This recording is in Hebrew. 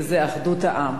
וזה אחדות העם.